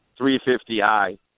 350i